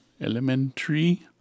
Elementary